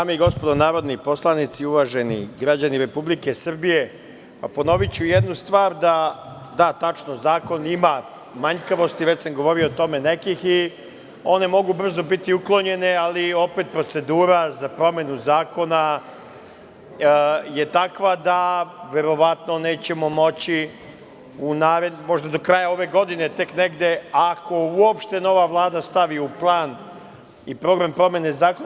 Dame i gospodo narodni poslanici, uvaženi građani Republike Srbije, ponoviću jednu stvar, da tačno je zakon ima nekih manjkavosti, već sam govorio o tome i one mogu brzo biti uklonjene, ali opet procedura za promenu zakona je takva da verovatno nećemo moći, možda do kraja ove godine, tek negde, ako uopšte nova Vlada stavi u plan i program promene zakona.